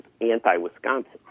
anti-Wisconsin